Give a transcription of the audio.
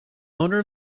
owner